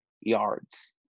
yards